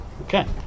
Okay